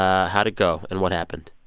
ah how'd it go, and what happened?